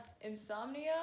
Insomnia